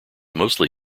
mostly